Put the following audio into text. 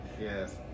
Yes